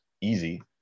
easy